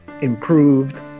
improved